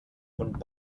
und